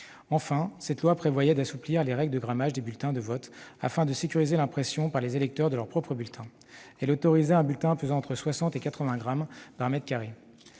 de loi prévoyait d'assouplir les règles de grammage des bulletins de vote, afin de sécuriser l'impression par les électeurs de leur propre bulletin. Elle autorisait un bulletin pesant entre 60 et 80 grammes par mètre carré.